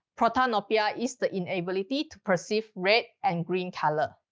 protanopia is the inability to perceive red and green color.